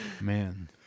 man